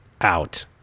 out